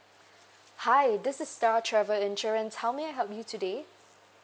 hi this is star travel insurance how may I help you today